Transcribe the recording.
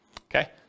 Okay